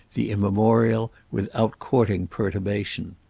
the immemorial, without courting perturbation.